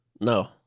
No